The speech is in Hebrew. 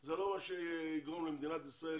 זה לא מה שיגרום למדינת ישראל